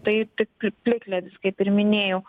tai tik plikledis kaip ir minėjau